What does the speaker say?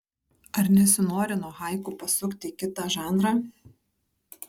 ar nesinori nuo haiku pasukti į kitą žanrą